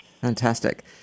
Fantastic